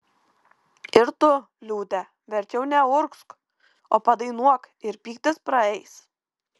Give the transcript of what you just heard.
ir tu liūte verčiau neurgzk o padainuok ir pyktis praeis